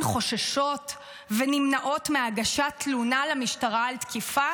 חוששות ונמנעות מהגשת תלונה למשטרה על תקיפה?